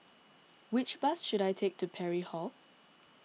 which bus should I take to Parry Hall